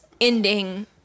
ending